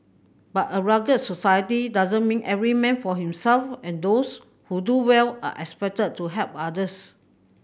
but a rugged society doesn't mean every man for himself and those who do well are expected to help others